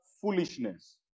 foolishness